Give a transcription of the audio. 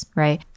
right？